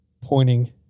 pointing